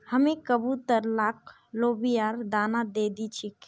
हामी कबूतर लाक लोबियार दाना दे दी छि